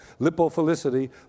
Lipophilicity